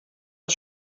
ist